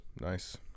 Nice